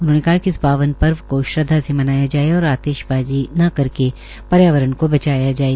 उन्होंने कहा कि इस पावन पर्व को श्रद्वा से मनाया जाए और आतिशबाजी न करके पर्यावरण को बचाएं